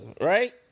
right